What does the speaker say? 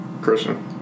Christian